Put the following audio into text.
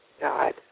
God